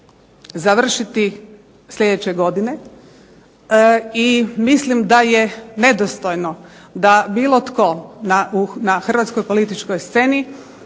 završiti sljedeće godine. I mislim da je nedostojno da bilo tko na hrvatskoj političkoj sceni